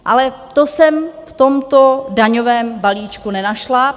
Ale to jsem v tomto daňovém balíčku nenašla.